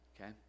Okay